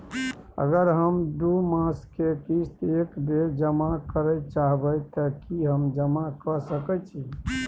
अगर हम दू मास के किस्त एक बेर जमा करे चाहबे तय की हम जमा कय सके छि?